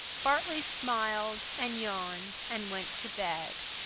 bartley smiled and yawned and went to bed.